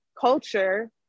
culture